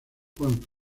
juan